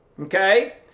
Okay